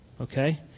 Okay